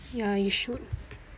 ya you should